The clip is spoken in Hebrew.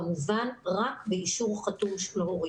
כמובן רק באישור חתום של ההורים.